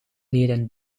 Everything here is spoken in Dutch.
leren